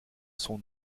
son